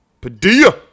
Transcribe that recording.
padilla